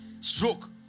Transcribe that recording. Stroke